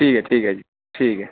ठीक ऐ ठीक ऐ ठीक जी